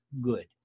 good